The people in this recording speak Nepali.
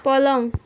पलङ